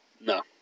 No